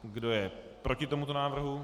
Kdo je proti tomuto návrhu?